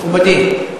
מכובדי.